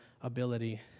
ability